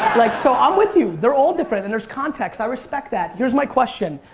like so i'm with you. they're all different and there's context, i respect that. here's my question.